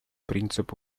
принцип